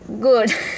good